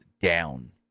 down